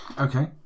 Okay